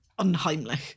unheimlich